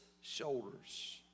shoulders